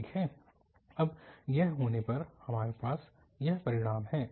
ठीक है अब यह होने पर हमारे पास यह परिणाम है